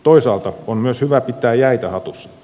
toisaalta on myös hyvä pitää jäitä hatussa